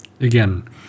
again